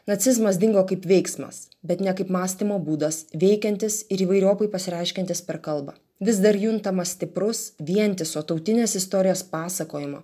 nacizmas dingo kaip veiksmas bet ne kaip mąstymo būdas veikiantis ir įvairiopai pasireiškiantis per kalbą vis dar juntamas stiprus vientiso tautinės istorijos pasakojimo